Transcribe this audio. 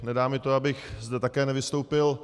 Nedá mi to, abych zde také nevystoupil.